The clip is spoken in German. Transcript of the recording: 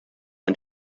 ein